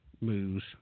moves